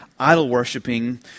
idol-worshiping